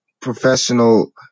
professional